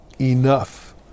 enough